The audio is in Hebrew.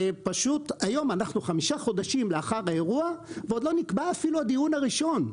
היום אנחנו 5 חודשים לאחר האירוע ועוד לא נקבע אפילו הדיון הראשון.